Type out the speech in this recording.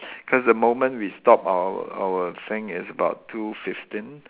cause the moment we stop our our thing it's about two fifteen